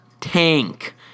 tank